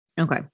Okay